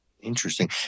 Interesting